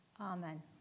Amen